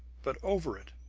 but over it.